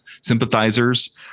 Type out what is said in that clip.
sympathizers